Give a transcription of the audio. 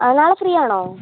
നാളെ ഫ്രീ ആണോ